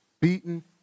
beaten